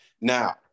Now